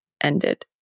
ended